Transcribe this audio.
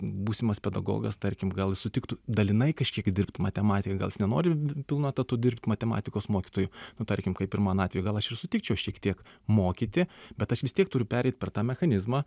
būsimas pedagogas tarkim gal jis sutiktų dalinai kažkiek dirbt matematiką gal jis nenori pilnu etatu dirbt matematikos mokytoju nu tarkim kaip ir mano atveju gal aš ir sutikčiau šiek tiek mokyti bet aš vis tiek turiu pereit per tą mechanizmą